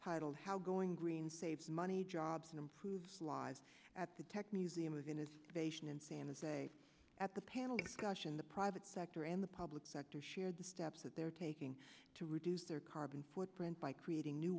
titled how going green saves money jobs and improve lives at the tech museum of in his vacation in santa fe at the panel discussion the private sector and the public sector share the steps that they're taking to reduce their carbon footprint by creating new